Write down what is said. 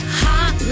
hot